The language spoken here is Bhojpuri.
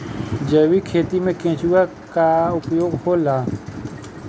जैविक खेती मे केचुआ का उपयोग होला?